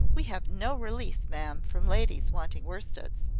we have no relief, ma'am, from ladies wanting worsteds.